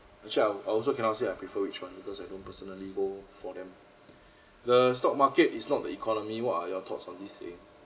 actually I I also cannot say I prefer which one because I don't personally go for them the stock market is not the economy what are your thoughts on this saying